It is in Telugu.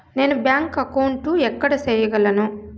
నేను బ్యాంక్ అకౌంటు ఎక్కడ సేయగలను